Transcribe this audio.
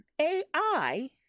A-I-